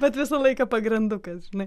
bet visą laiką pagrandukas bet